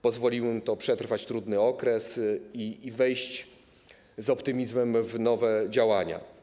Pozwoliło im to przetrwać trudny okres i wejść z optymizmem w nowe działania.